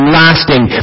lasting